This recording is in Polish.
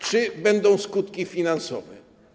Czy będą skutki finansowe?